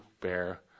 bear